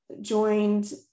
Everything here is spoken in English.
joined